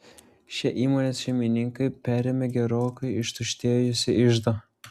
šie įmonės šeimininkai perėmė gerokai ištuštėjusį iždą